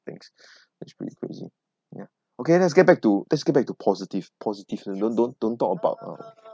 things it's pretty crazy ya okay let's get back to let's get back to positive positive you don't don't don't talk about uh